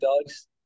dogs